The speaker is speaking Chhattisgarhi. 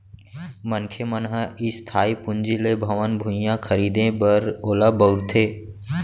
मनखे मन ह इस्थाई पूंजी ले भवन, भुइयाँ खरीदें बर ओला बउरथे